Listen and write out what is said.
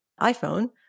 iPhone